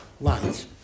lines